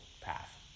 path